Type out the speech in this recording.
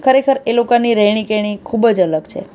ખરેખર એ લોકોની રહેણી કરણી ખૂબ જ અલગ છે